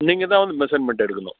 நீங்கள் தான் வந்து மெஷர்மெண்ட் எடுக்கணும்